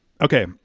Okay